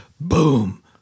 boom